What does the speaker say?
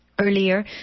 Earlier